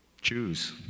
Choose